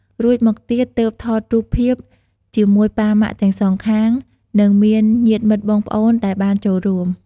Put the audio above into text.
រួចមកទៀត ទើបថតរូបភាពជាមួយប៉ាម៉ាក់ទាំងសងខាង និងមានញាតិមិត្តបងប្អូនដែលបានចូលរួម។